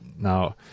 Now